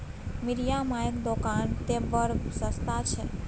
मिरिया मायक दोकान तए बड़ सस्ता छै